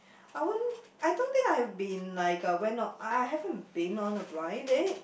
I won't I don't think I have been like uh went on I I haven't been on a blind date